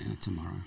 Tomorrow